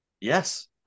Yes